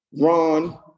Ron